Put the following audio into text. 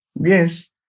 Yes